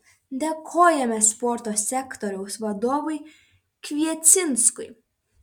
dėkojame sporto sektoriaus vadovui kviecinskui